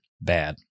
bad